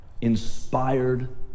inspired